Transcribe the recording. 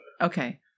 Okay